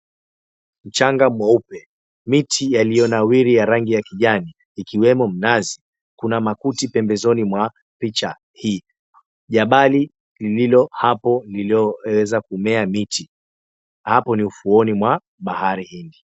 Mchanga mweupe, mti uliyonawiri ya rangi ya kijani ikiwemo mnazi, kuna makuti pembezoni mwa picha hii. Jabali lililo hapo lililoweza kumea miti, hapo ni ufuoni mwa bahari hindi.